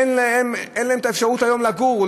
אין להם אפשרות היום לגור,